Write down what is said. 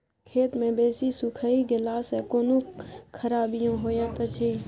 खेत मे बेसी सुइख गेला सॅ कोनो खराबीयो होयत अछि?